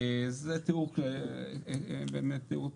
זה תיאור של ההליך החדש.